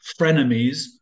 frenemies